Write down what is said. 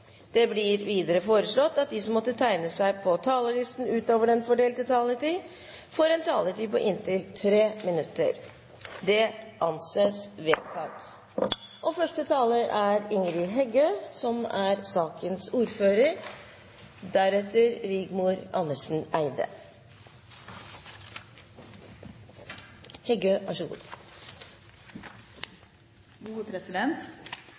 Videre blir det foreslått at de som måtte tegne seg på talerlisten utover den fordelte taletid, får en taletid på inntil 3 minutter. – Det anses vedtatt. I samband med Prop. 39 L for 2010–2011, Endringer i lov om Innovasjon Norge, er det ein samla komité som